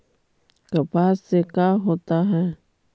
कपास से का होता है?